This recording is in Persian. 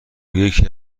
یکی